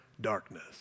darkness